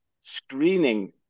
screening